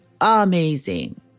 amazing